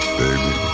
baby